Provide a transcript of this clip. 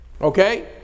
Okay